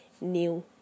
New